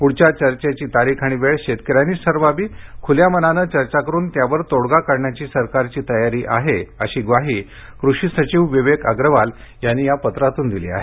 पुढच्या चर्चेची तारीख आणि वेळ शेतकऱ्यांनीच ठरवावी खुल्या मनानं चर्चा करून यावर तोडगा काढण्याची सरकारची तयारी आहे अशी ग्वाही कृषी सचिव विवेक अग्रवाल यांनी या पत्रातून दिली आहे